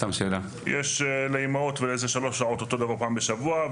יש לאימהות איזה 3 שעות פעם בשבוע,